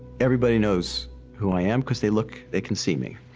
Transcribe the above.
everybody knows who i am, cause they look, they can see me.